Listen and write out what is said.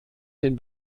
den